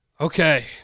Okay